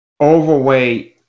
overweight